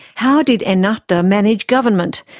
how did ennahda manage government?